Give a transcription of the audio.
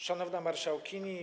Szanowna Marszałkini!